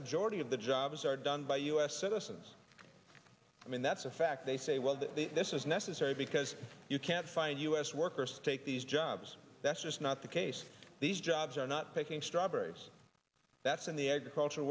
majority of the jobs are done by u s citizens i mean that's a fact they say well that this is necessary because you can't find u s workers take these jobs that's just not the case these jobs are not picking strawberries that's in the agricultur